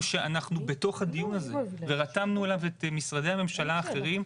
שאנחנו בתוך הדיון הזה ורתמנו אליו את משרדי הממשלה האחרים.